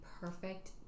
perfect